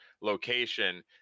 location